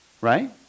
right